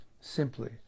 simply